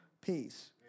peace